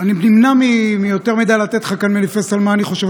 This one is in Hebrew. אני נמנע מלתת לך יותר מדי כאן מניפסט על מה אני חושב.